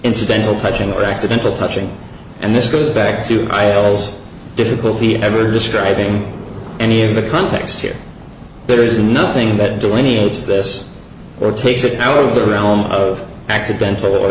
incidental touching or accidental touching and this goes back to you miles difficulty ever describing any of the context here there is nothing that delineates this or takes it out of the realm of accidental or